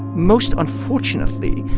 most unfortunately,